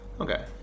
Okay